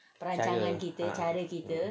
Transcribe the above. ah